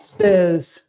says